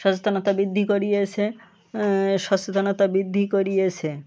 সচেতনতা বৃদ্ধি করিয়েছে সচেতনতা বৃদ্ধি করিয়েছে